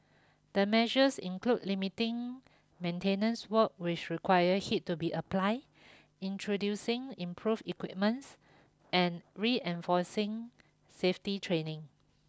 the measures include limiting maintenance work which requires heat to be applied introducing improved equipments and reinforcing safety training